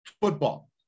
Football